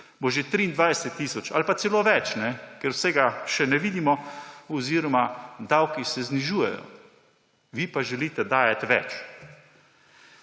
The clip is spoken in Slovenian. bo že 23 tisoč ali pa celo več, ker vsega še ne vidimo oziroma se davki znižujejo. Vi pa želite dajati več.